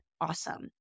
awesome